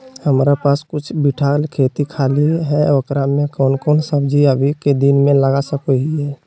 हमारा पास कुछ बिठा खेत खाली है ओकरा में कौन कौन सब्जी अभी के दिन में लगा सको हियय?